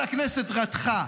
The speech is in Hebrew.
כל הכנסת רתחה,